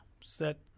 set